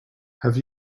have